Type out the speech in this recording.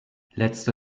letzte